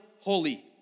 holy